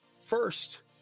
first